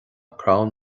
crann